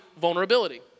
vulnerability